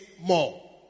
more